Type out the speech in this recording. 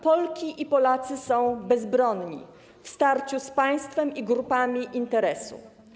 Polki i Polacy są bezbronni w starciu z państwem i grupami interesu.